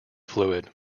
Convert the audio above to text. fluid